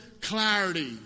clarity